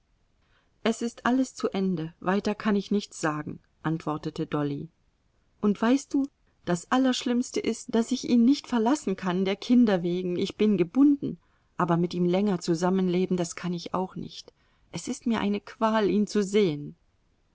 es ist alles zu ende weiter kann ich nichts sagen antwortete dolly und weißt du das allerschlimmste ist daß ich ihn nicht verlassen kann der kinder wegen ich bin gebunden aber mit ihm länger zusammenleben das kann ich auch nicht es ist mir eine qual ihn zu sehen